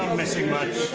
missing much.